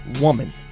woman